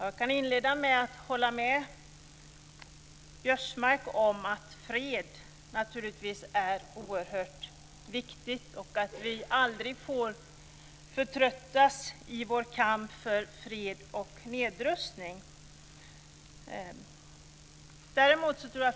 Jag vill inleda med att instämma i det som Biörsmark sade, att fred är oerhört viktigt och att vi aldrig får förtröttas i vår kamp för fred och nedrustning.